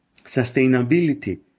sustainability